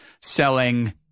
selling